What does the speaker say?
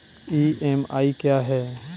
EMI क्या है?